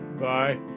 Bye